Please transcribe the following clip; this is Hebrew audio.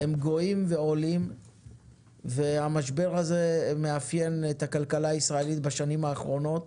הם גואים ועולים והמשבר הזה מאפיין את הכלכלה הישראלית בשנים האחרונות,